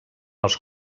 els